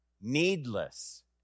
needless